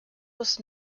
was